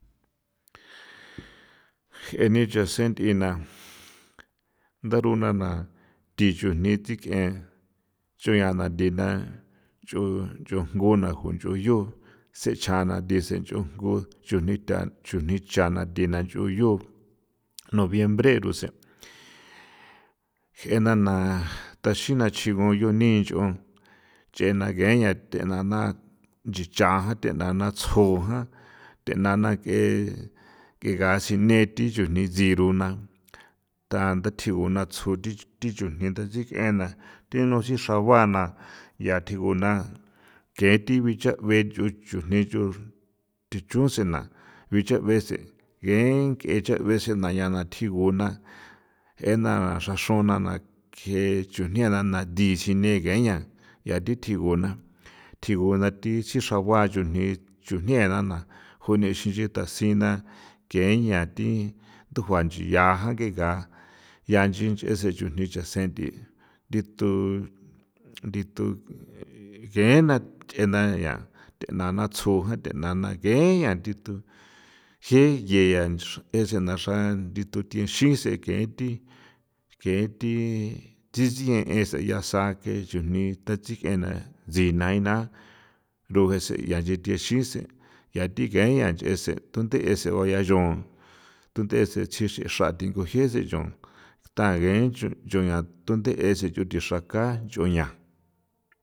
Je ni chasen nth'ina ndaruna na thi chujni thik'en ncho ya na nthina nch'o nch'o jngu na nch'u yu se chana thi sen ch'u ku thi tha chujni chana thina nch'uyu noviembre rusen je na na thaxi na chigu'u nchu ni nch'o nchena yeña jana nchinchjan thi nana tsju the nana ke chujni thi chesena icha be ke vece naa yaa na tji ko na jee na xra xruin chunda na jee chujni'a na dixini kain na ncha thi thiguna thiguna thi xragua chujni chujni na kunixin xi tha tsjina ke ya thi thi juanchia ke ngaa nchin se chujni ni chasen nthi ndithu ndithu kee jina nchena nchaa thenana tjsu thenana yeña je nchaa see na icha xra kuthixii se thi ge'e nthi ge'e nthi tsjien ya saa chujni ta sikena rujese xisen ncha thi kain see dunthese nchon thunthe se xran tinguse chon ntha guen du thu see xrathe thaka nch'o ña.